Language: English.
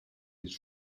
his